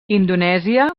indonèsia